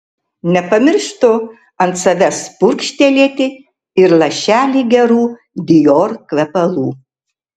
nepamirštu ant savęs purkštelėti ir lašelį gerų dior kvepalų